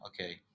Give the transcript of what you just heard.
okay